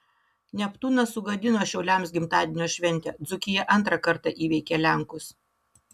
neptūnas sugadino šiauliams gimtadienio šventę dzūkija antrą kartą įveikė lenkus